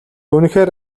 үнэхээр